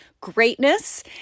greatness